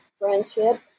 friendship